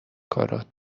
کارات